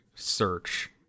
Search